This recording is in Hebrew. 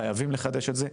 חייבים לחדש את זה.